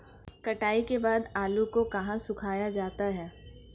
कटाई के बाद आलू को कहाँ सुखाया जाता है?